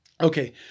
Okay